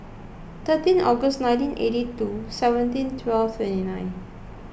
thirteen August nineteen eighty two seventeen twelve twenty nine